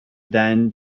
then